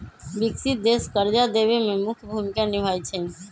विकसित देश कर्जा देवे में मुख्य भूमिका निभाई छई